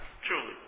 truly